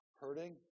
hurting